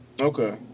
Okay